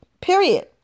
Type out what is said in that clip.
period